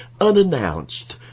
Unannounced